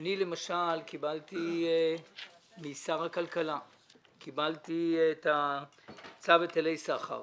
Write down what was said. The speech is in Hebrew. אני למשל קיבלתי משר הכלכלה את צו היטלי סחר,